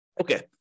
Okay